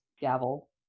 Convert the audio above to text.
gavel